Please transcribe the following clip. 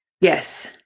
Yes